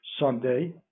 Sunday